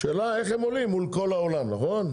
השאלה איך הם עולים מול כל העניין, נכון?